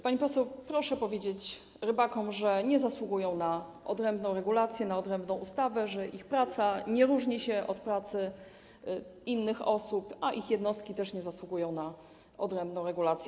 Pani poseł, proszę powiedzieć rybakom, że nie zasługują na odrębną regulację, odrębną ustawę, że ich praca nie różni się od pracy innych osób, a ich jednostki też nie zasługują na odrębną regulację.